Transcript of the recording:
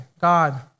God